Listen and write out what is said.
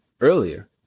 earlier